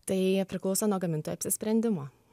tai priklauso nuo gamintojo apsisprendimo